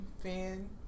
Fan